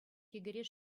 йӗкӗреш